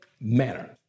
manner